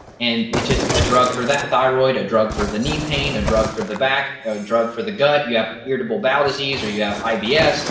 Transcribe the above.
and that's just a drug for that thyroid, a drug for the knee pain, a drug for the back, a drug for the gut, you have irritable bile disease, or you have ibs,